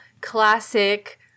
classic